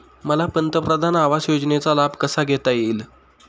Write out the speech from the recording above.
मला पंतप्रधान आवास योजनेचा लाभ कसा घेता येईल?